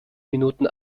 minuten